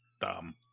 dumb